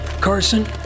Carson